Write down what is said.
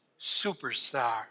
Superstar